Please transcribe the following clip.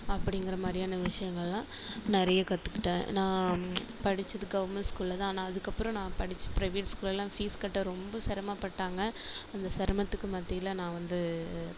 அப்படிங்கிற மாதிரியான விஷயங்கள் எல்லாம் நிறைய கற்றுக்கிட்டேன் நான் படிச்சது கவர்மெண்ட் ஸ்கூலில்தான் ஆனால் அதுக்கப்புறம் நான் படிச்ச ப்ரைவேட் ஸ்கூல்ல எல்லாம் ஃபீஸ் கட்ட ரொம்ப சிரம பட்டாங்க அந்த சிரமத்துக்கு மத்தியில் நான் வந்து